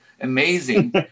amazing